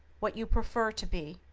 what you prefer to be.